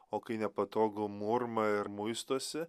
o kai nepatogu murma ir muistosi